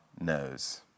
knows